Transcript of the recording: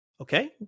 Okay